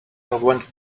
went